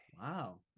Wow